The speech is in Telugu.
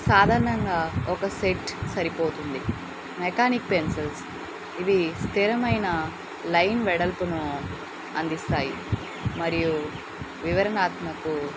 సాధారణంగా ఒక సెట్ సరిపోతుంది మెకానిక్ పెన్సిల్స్ ఇవి స్థిరమైన లైన్ వెడల్పును అందిస్తాయి మరియు వివరణాత్మక